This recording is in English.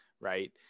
right